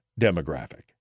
demographic